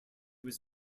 was